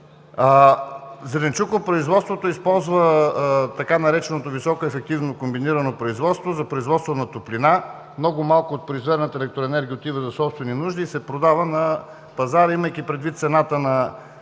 зеленчукопроизводството използва така нареченото „високоефективно комбинирано производство“ за производство на топлина. Много малко от произведената електроенергия отива за собствени нужди и се продава на пазар. Имайки предвид цената на